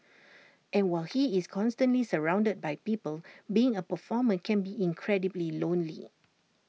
and while he is constantly surrounded by people being A performer can be incredibly lonely